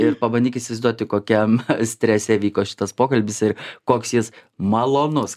ir pabandyk įsivaizduoti kokiam strese vyko šitas pokalbis ir koks jis malonus